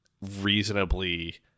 reasonably